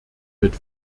mit